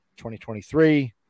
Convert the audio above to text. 2023